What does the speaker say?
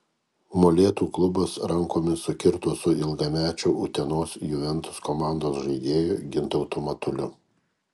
molėtų klubas rankomis sukirto su ilgamečiu utenos juventus komandos žaidėju gintautu matuliu